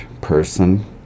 person